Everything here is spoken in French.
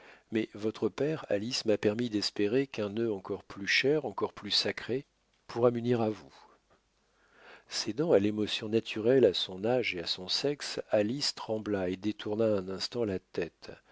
mais votre père alice m'a permis d'espérer qu'un nœud encore plus cher encore plus sacré pourra m'unir à vous cédant à l'émotion naturelle à son âge et à son sexe alice trembla et détourna un instant la tête